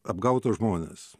apgautus žmones